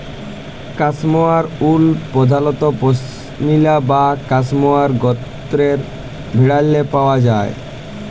cashmere wool পধালত পশমিলা বা ক্যাসমোয়ার গত্রের ভেড়াল্লে পাউয়া যায়